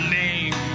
name